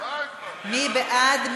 מי בעד?